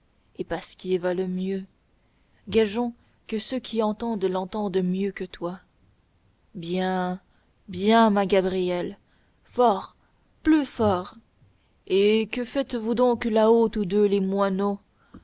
et pasquier va le mieux gageons que ceux qui entendent l'entendent mieux que toi bien bien ma gabrielle fort plus fort hé que faites-vous donc là-haut tous deux les moineaux